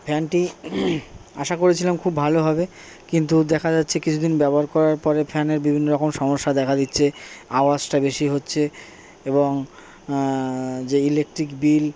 ফ্যানটি আশা করেছিলাম খুব ভালো হবে কিন্তু দেখা যাচ্ছে কিছু দিন ব্যবহার করার পরে ফ্যানের বিভিন্ন রকম সমস্যা দেখা দিচ্ছে আওয়াজটা বেশি হচ্ছে এবং যে ইলেকট্রিক বিল